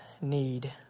need